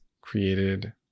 created